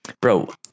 Bro